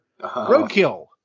Roadkill